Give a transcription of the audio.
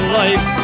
life